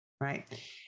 right